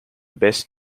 best